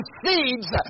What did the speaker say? seeds